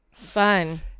fun